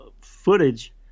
footage